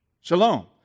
Shalom